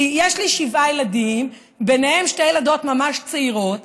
כי יש לי שבעה ילדים, ובהם שתי ילדות ממש צעירות,